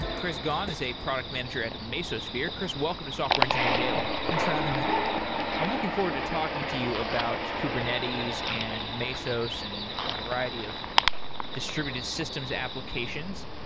chris gaun is a product manager at the mesosphere. chris, welcome to software engineering daily thanks for having me i'm looking forward to talking to you about kubernetes and mesos and a variety of distributed systems applications.